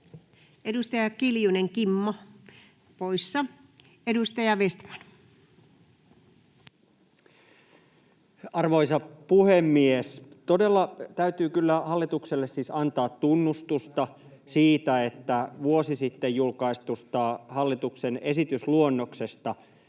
muuttamisesta Time: 19:23 Content: Arvoisa puhemies! Todella täytyy kyllä hallitukselle siis antaa tunnustusta siitä, että vuosi sitten julkaistusta hallituksen esitysluonnoksesta